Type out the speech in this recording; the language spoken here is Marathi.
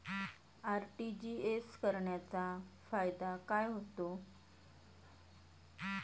आर.टी.जी.एस करण्याचा फायदा काय होतो?